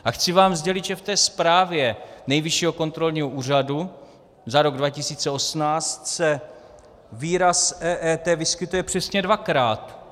A chci vám sdělit, že v té zprávě Nejvyššího kontrolního úřadu za rok 2018 se výraz EET vyskytuje přesně dvakrát.